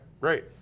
Great